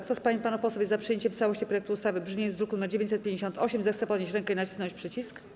Kto z pań i panów posłów jest za przyjęciem w całości projektu ustawy w brzmieniu z druku nr 958, zechce podnieść rękę i nacisnąć przycisk.